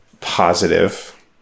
positive